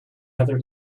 other